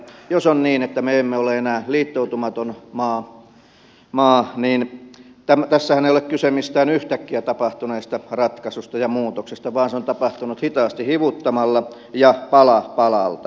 jos on niin että me emme ole enää liittoutumaton maa niin tässähän ei ole kyse mistään yhtäkkiä tapahtuneesta ratkaisusta ja muutoksesta vaan pitkästä prosessista joka on tapahtunut hitaasti hivuttamalla ja pala palalta